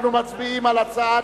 אנחנו מצביעים על הצעת